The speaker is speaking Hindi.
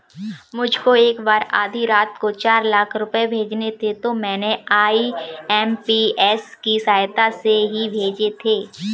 मुझको एक बार आधी रात को चार लाख रुपए भेजने थे तो मैंने आई.एम.पी.एस की सहायता से ही भेजे थे